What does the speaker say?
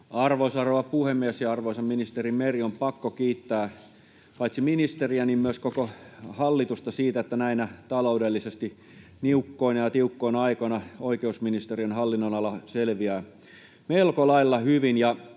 Arvoisa rouva puhemies ja arvoisa ministeri Meri! On pakko kiittää paitsi ministeriä myös koko hallitusta siitä, että näinä taloudellisesti niukkoina ja tiukkoina aikoina oikeusministeriön hallinnonala selviää melko lailla hyvin.